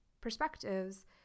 perspectives